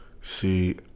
See